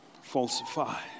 falsify